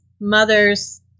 mother's